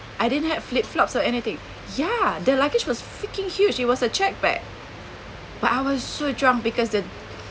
I didn't had flip flops or anything ya the luggage was freaking huge it was a checked bag but I was so drunk because the